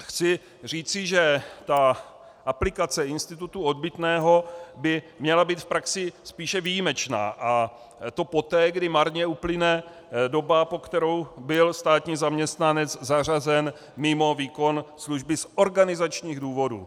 Chci říci, že aplikace institutu odbytného by měla být v praxi spíše výjimečná, a to poté, kdy marně uplyne doba, po kterou byl státní zaměstnanec zařazen mimo výkon služby z organizačních důvodů.